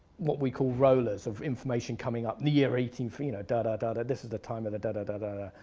what we call rollers of information coming up. the year eighteen duh, you know duh, but and duh. this is the time of the duh, but duh, duh,